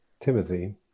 Timothy